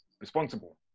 responsible